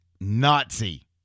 Nazi